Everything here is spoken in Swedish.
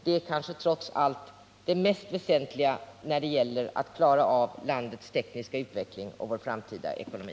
Det är kanske trots allt det mest väsentliga när det gäller att klara av landets tekniska utveckling och vår framtida ekonomi.